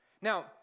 Now